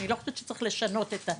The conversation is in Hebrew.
אני לא חושבת שצריך לשנות את זה,